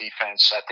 defense